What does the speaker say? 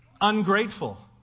Ungrateful